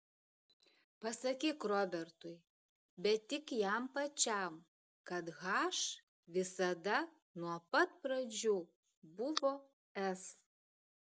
pasakyk robertui bet tik jam pačiam kad h visada nuo pat pradžių buvo s